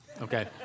Okay